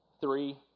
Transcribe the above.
three